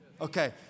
Okay